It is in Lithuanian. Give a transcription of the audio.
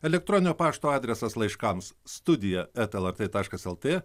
elektroninio pašto adresas laiškams studija eta lrt taškas lt